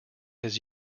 his